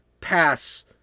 pass